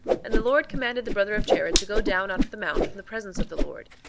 and the lord commanded the brother of jared to go down out of the mount from the presence of the lord,